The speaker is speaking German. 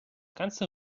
ganze